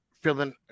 feeling